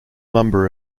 number